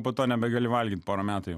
po to nebegali valgyt pora metų